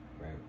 Right